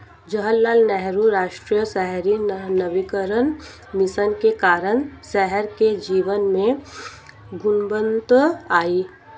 जवाहरलाल नेहरू राष्ट्रीय शहरी नवीकरण मिशन के कारण शहर के जीवन में गुणवत्ता आई